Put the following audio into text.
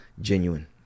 genuine